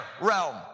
realm